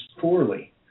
poorly